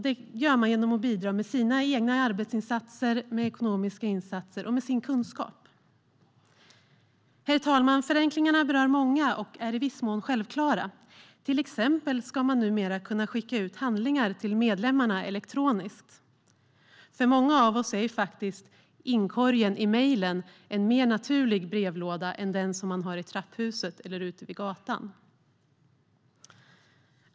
Detta gör man genom att bidra med egna arbetsinsatser, med ekonomiska insatser och med sin kunskap. Herr talman! Förenklingarna berör många och är i viss mån självklara. Till exempel ska man numera kunna skicka ut handlingar till medlemmar elektroniskt. För många av oss är faktiskt inkorgen i mejlen en mer naturlig brevlåda är den man har i trapphuset eller ute vid gatan.